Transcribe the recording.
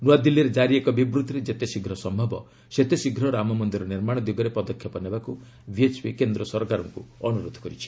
ନୂଆଦିଲ୍ଲୀରେ ଜାରି ଏକ ବିବୃଭିରେ ଯେତେ ଶୀଘ୍ର ସମ୍ଭବ ସେତେ ଶୀଘ୍ର ରାମ ମନ୍ଦିର ନିର୍ମାଣ ଦିଗରେ ପଦକ୍ଷେପ ନେବାକୁ ବିଏଚ୍ପି କେନ୍ଦ୍ର ସରକାରଙ୍କୁ ଅନୁରୋଧ କରିଛି